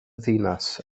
ddinas